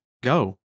go